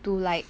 to like